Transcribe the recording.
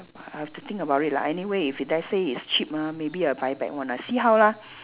I have to think about it lah anyway if let's say it's cheap ah maybe I buy back one ah see how lah